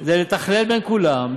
זה לתכלל בין כולם.